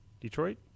Detroit